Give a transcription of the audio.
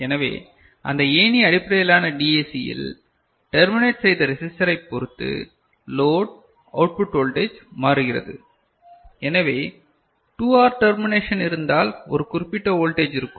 எனவே அந்த ஏணி அடிப்படையிலான டிஏசியில் டெர்மிநேட் செய்த ரெசிஸ்டர் ஐ பொறுத்து லோட் அவுட்புட் வோல்டேஜ் மாறுகிறது எனவே 2 ஆர் டெர்மிஷேன் இருந்தால் ஒரு குறிப்பிட்ட வோல்டேஜ் இருக்கும்